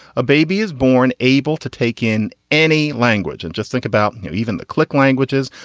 a baby is born able to take in any language and just think about and even the click languages.